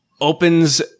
opens